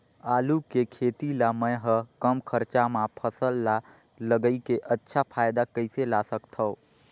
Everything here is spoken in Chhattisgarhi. आलू के खेती ला मै ह कम खरचा मा फसल ला लगई के अच्छा फायदा कइसे ला सकथव?